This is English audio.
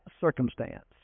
circumstance